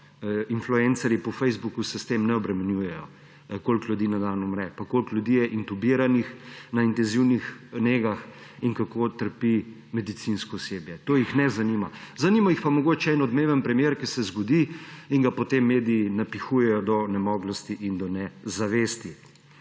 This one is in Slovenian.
influencerji po Facebooku se s tem ne obremenjujejo, koliko ljudi na dan umre, koliko ljudi je intubiranih na intenzivnih negah in kako trpi medicinsko osebje. To jih ne zanima. Zanima jih pa mogoče en odmeven primer, ki se zgodi, in ga potem mediji napihujejo do onemoglosti in do nezavesti.